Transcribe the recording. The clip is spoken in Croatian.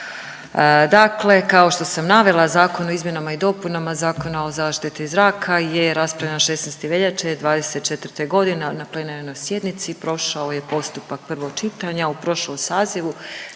Dakle, kao što sam navela, zakon o izmjenama i dopunama Zakona o zaštiti zraka je raspravljen 16. veljače '24. g. na plenarnoj sjednici, prošao je postupak prvog čitanja u prošlom sazivu.